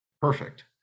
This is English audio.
perfect